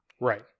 Right